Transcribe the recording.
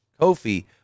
Kofi